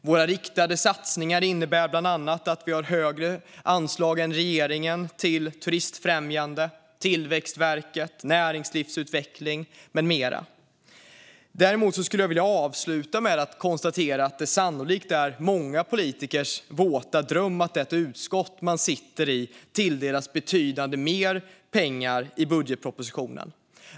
Våra riktade satsningar innebär bland annat att vi har högre anslag än regeringen till turistfrämjande åtgärder, Tillväxtverket, näringslivsutveckling med mera. Avslutningsvis vill jag säga att det sannolikt är många politikers våta dröm att det utskott man sitter i tilldelas betydande pengar i budgetpropositionen.